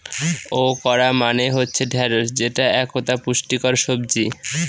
okra মানে হচ্ছে ঢ্যাঁড়স যেটা একতা পুষ্টিকর সবজি